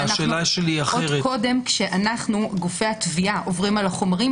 עוד קודם כשאנו גופי התביעה עוברים על החומרים